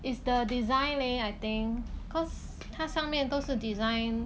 is the design leh I think cause 它上面都是 design